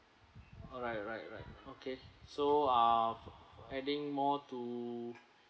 alright alright alright okay so ah adding more to